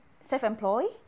self-employed